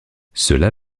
cela